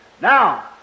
Now